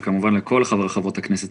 תודה רבה לך וכמובן לכל חברי הכנסת,